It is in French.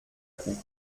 coup